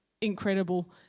incredible